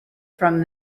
from